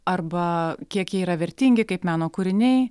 arba kiek jie yra vertingi kaip meno kūriniai